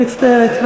מצטערת.